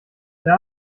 der